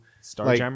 Star